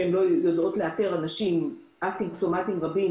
הן לא יודעות לאתר אנשים א-סימפטומטיים רבים,